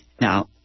Now